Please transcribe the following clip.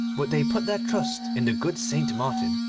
but they put their trust in the good saint martin,